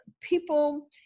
people